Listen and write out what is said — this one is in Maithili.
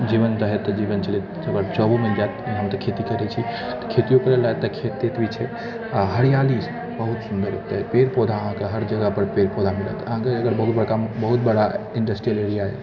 जीवन चलै जीवन चलबै जोकर जॉबो मिल जाएत हम तऽ खेती करै छी खेतिओ करैलए एतऽ खेत तेत भी छै आओर हरिआली छै बहुत सुन्दर पेड़ पौधा एतऽ हर जगहपर अहाँके पेड़ पौधा मिलत आगे एकटा बहुत बड़का बहुत बड़ा इन्डस्ट्रियल एरिया अछि